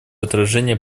отражение